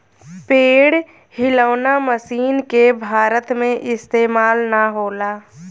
पेड़ हिलौना मशीन के भारत में इस्तेमाल ना होला